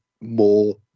more